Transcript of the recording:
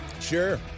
Sure